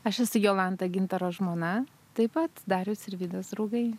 aš esu jolanta gintaro žmona taip pat dariaus ir vidos draugai